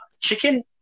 chicken